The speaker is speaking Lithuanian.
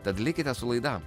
tad likite su laida